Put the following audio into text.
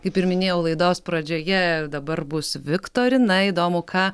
kaip ir minėjau laidos pradžioje dabar bus viktorina įdomu ką